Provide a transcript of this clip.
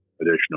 additional